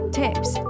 tips